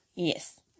Yes